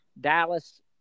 Dallas